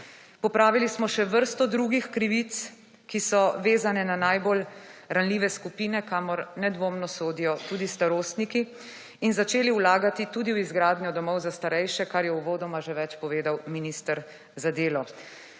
Popravili smo še vrsto drugih krivic, ki so vezana na najbolj ranljive skupine, kamor nedvoumno sodijo tudi starostniki in začeli vlagati tudi v izgradnjo domov za starejše, kar je uvodoma že več povedal minister za delo.